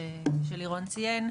כפי שלירון ציין,